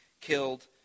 killed